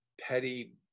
petty